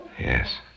Yes